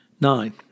Nine